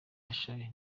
bashabe